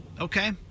Okay